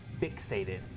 fixated